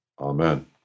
Amen